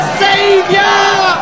savior